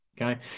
Okay